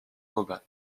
gobain